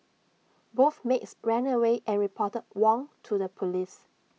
both maids ran away and reported Wong to the Police